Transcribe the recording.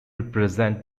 represent